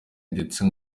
ndetse